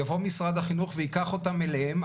יבוא משרד החינוך וייקח אותם אליהם,